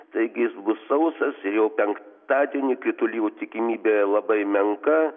taigi jis bus sausas ir jau penktadienį kritulių tikimybė labai menka